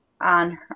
on